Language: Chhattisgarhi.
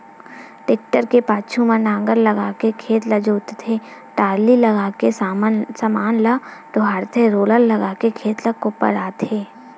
टेक्टर के पाछू म नांगर लगाके खेत ल जोतथे, टराली लगाके समान ल डोहारथे रोलर लगाके खेत ल कोपराथे